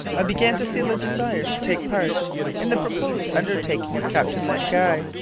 i began to feel a desire to take part in the proposed undertaking of captain len guy.